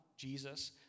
Jesus